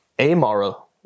amoral